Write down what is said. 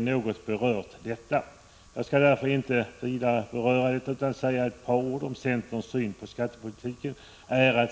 något behandlat detta. Jag skall därför inte vidare beröra detta, utan bara säga några ord om centerns syn på skattepolitiken.